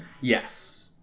Yes